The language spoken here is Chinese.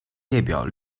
列表